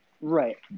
right